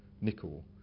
nickel